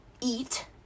eat